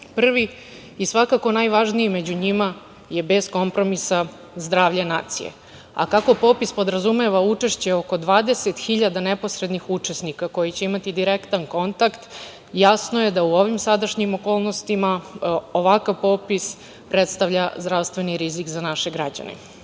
i svakako najvažniji među njima je, bez kompromisa, zdravlje nacije, a kako popis podrazumeva učešće oko 20.000 neposrednih učesnika koji će imati direktan kontakt, jasno je da u ovim sadašnjim okolnostima ovakav popis predstavlja zdravstveni rizik za naše građane. Takođe,